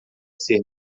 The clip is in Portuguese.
ser